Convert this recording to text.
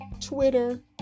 Twitter